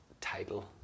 title